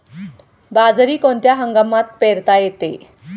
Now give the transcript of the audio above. बाजरी कोणत्या हंगामात पेरता येते?